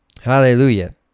Hallelujah